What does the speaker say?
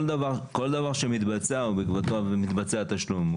כל דבר שמתבצע, בעקבותיו מתבצע תשלום.